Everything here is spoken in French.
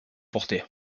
portée